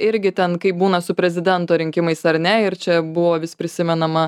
irgi ten kaip būna su prezidento rinkimais ar ne ir čia buvo vis prisimenama